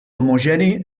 homogeni